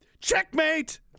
Checkmate